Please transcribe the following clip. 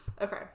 okay